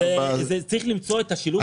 צריך למצוא את השילוב.